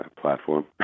platform